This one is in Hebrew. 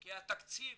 כי התקציב